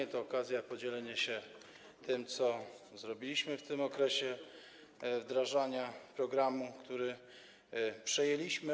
To jest okazja do podzielenia się tym, co zrobiliśmy w okresie wdrażania programu, który przejęliśmy.